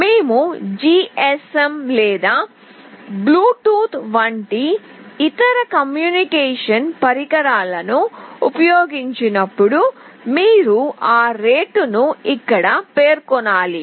మేము GSM లేదా Bluetooth వంటి ఇతర కమ్యూనికేషన్ పరికరాలను ఉపయోగించినప్పుడు మీరు ఆ రేటును ఇక్కడ పేర్కొనాలి